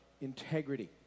integrity